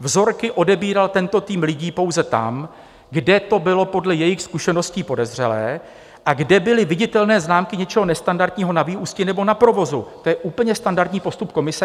vzorky odebíral tento tým lidí pouze tam, kde to bylo podle jejich zkušeností podezřelé a kde byly viditelné známky něčeho nestandardního na vyústi nebo na provozu, to je úplně standardní postup komise.